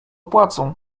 płacą